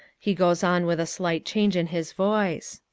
he goes on with a slight change in his voice.